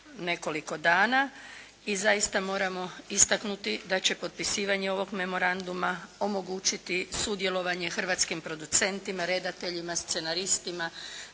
nekoliko dana. I zaista moramo istaknuti da će potpisivanje ovog memoranduma omogućiti sudjelovanje hrvatskim producentima, redateljima, scenaristima